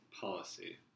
policy